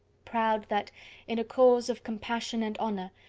proud that in a cause of compassion and honour,